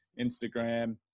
Instagram